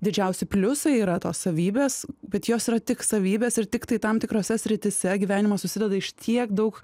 didžiausi pliusai yra tos savybės bet jos yra tik savybės ir tiktai tam tikrose srityse gyvenimas susideda iš tiek daug